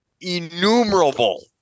innumerable